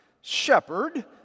shepherd